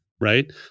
right